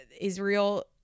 Israel